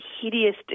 hideous